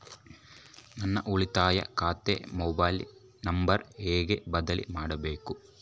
ನನ್ನ ಉಳಿತಾಯ ಖಾತೆ ಮೊಬೈಲ್ ನಂಬರನ್ನು ಹೆಂಗ ಬದಲಿ ಮಾಡಬೇಕು?